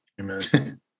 amen